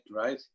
right